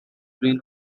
been